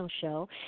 show